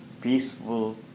peaceful